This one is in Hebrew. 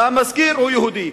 המזכיר הוא יהודי,